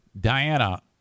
Diana